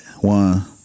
One